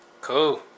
cool